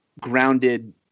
grounded